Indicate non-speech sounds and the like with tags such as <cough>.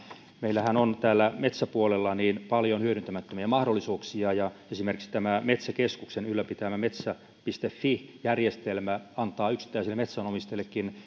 meillähän on täällä metsäpuolella paljon hyödyntämättömiä mahdollisuuksia ja esimerkiksi tämä metsäkeskuksen ylläpitämä metsään fi järjestelmä antaa yksittäisille metsänomistajillekin <unintelligible>